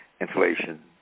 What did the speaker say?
Inflation